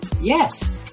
Yes